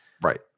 Right